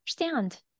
understand